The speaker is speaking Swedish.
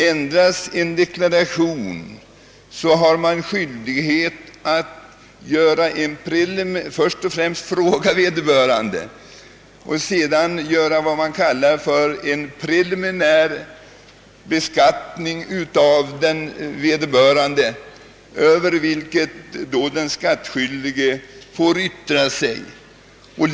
Ändras en deklaration är man skyldig att först och främst fråga vederbörande och därefter göra en s.k. preliminär beskattning över vilken den skattskyldige får yttra sig.